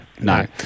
no